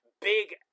big